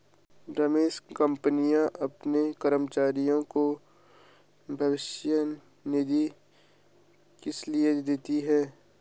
रमेश कंपनियां अपने कर्मचारियों को भविष्य निधि किसलिए देती हैं?